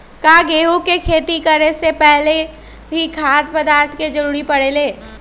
का गेहूं के खेती करे से पहले भी खाद्य पदार्थ के जरूरी परे ले?